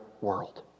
world